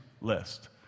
list